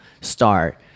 start